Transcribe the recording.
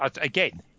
Again